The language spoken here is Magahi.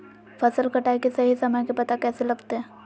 फसल कटाई के सही समय के पता कैसे लगते?